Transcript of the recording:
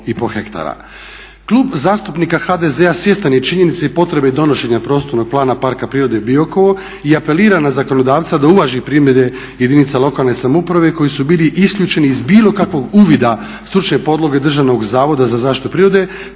Klub zastupnika HDZ-a svjestan je činjenice i potrebe donošenja Prostornog plana Parka prirode Biokovo i apelira na zakonodavca da uvaži primjedbe jedinica lokalne samouprave koji su bili isključeni iz bilo kakvog uvida stručne podloge Državnog zavoda za zaštitu prirode